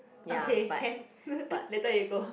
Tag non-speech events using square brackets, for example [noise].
okay can [laughs] later you go